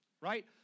right